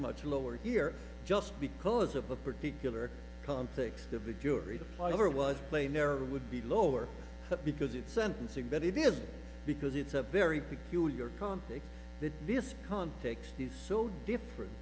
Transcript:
much lower here just because of the particular context of the jury the player was playing there or would be lower because it sentencing but it is because it's a very peculiar company that this context is so different